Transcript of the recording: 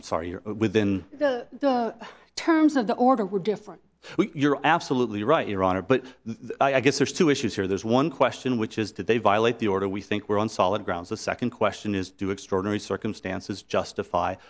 i'm sorry your within the terms of the order were different you're absolutely right your honor but i guess there's two issues here there's one question which is that they violate the order we think we're on solid grounds the second question is do extraordinary circumstances justify